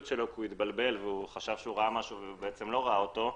שלו כי הוא התבלבל כי הוא חשב שראה משהו ובעצם לא ראה אותו.